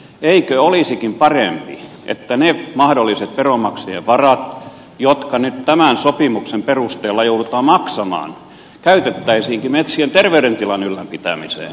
eikö olisikin parempi että ne mahdolliset veronmaksajien varat jotka nyt tämän sopimuksen perusteella joudutaan maksamaan käytettäisiinkin metsien terveydentilan ylläpitämiseen